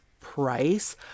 price